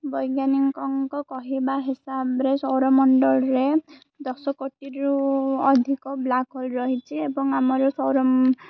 ବୈଜ୍ଞାନିକଙ୍କ କହିବା ହିସାବରେ ସୌରମଣ୍ଡଳରେ ଦଶ କୋଟିରୁ ଅଧିକ ବ୍ଲାକହୋଲ ରହିଛି ଏବଂ ଆମର ସୌର